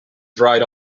dried